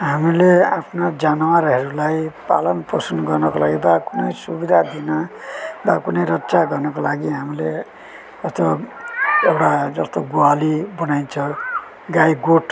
हामीले आफ्नो जानवरहरूलाई पालनपोषण गर्नको लागि वा कुनै सुविधा दिन वा कुनै रक्षा गर्नको लागि हामीले अथवा एउटा जस्तो ग्वाली बनाइन्छ गाईगोठ